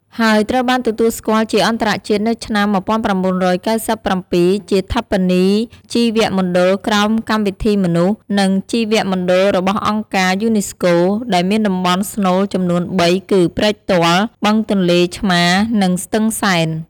ហើយត្រូវបានទទួលស្គាល់ជាអន្តរជាតិនៅឆ្នាំ ១៩៩៧ ជាឋបនីយជីវមណ្ឌលក្រោមកម្មវិធីមនុស្ស និងជីវមណ្ឌលរបស់អង្គការ UNESCO ដែលមានតំបន់ស្នូលចំនួន ៣ គឺ ព្រែកទាល់ បឹងទន្លេឆ្មារ និងស្ទឹងសែន។